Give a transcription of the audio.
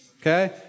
Okay